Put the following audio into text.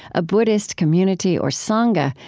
a buddhist community, or sangha,